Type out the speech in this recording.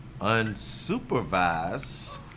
unsupervised